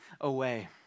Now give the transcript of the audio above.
away